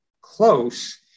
close